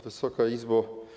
Wysoka Izbo!